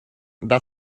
that